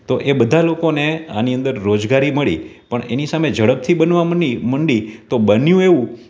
તો એ બધા લોકોને આની અંદર રોજગારી મળી પણ એની સામે ઝડપથી બનવા માંડી તો બન્યું એવું